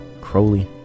Crowley